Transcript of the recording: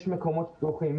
יש מקומות פתוחים,